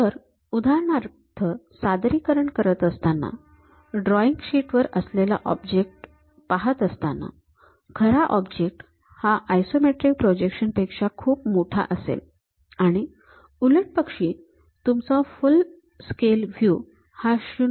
तर उदाहरणार्थ सादरीकरण करत असताना ड्रॉईंग शीट वर असलेला ऑब्जेक्ट पाहत असताना खरा ऑब्जेक्ट हा आयसोमेट्रिक प्रोजेक्शन पेक्षा खुप मोठा असेल आणि उलटपक्षी तुमचा फुल स्केल व्ह्यू हा ०